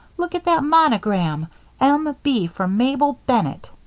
look at that monogram m b for mabel bennett.